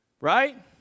right